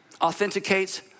authenticates